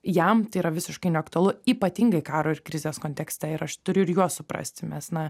jam tai yra visiškai neaktualu ypatingai karo ir krizės kontekste ir aš turiu ir juos suprasti mes na